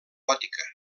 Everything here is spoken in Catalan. gòtica